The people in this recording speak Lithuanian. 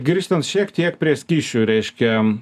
grįžtant šiek tiek prie skysčių reiškia